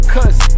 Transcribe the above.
Cause